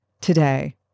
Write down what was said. today